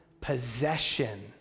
possession